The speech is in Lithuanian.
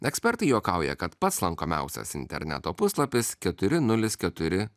ekspertai juokauja kad pats lankomiausias interneto puslapis keturi nulis keturi